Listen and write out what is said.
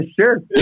sure